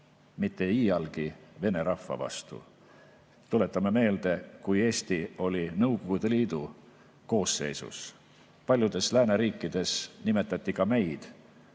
mitte iialgi vene rahva vastu. Tuletame meelde, kui Eesti oli Nõukogude Liidu koosseisus, siis paljudes lääneriikides nimetati ka meid